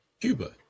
Cuba